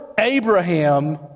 Abraham